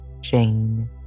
Jane